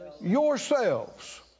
yourselves